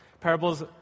parables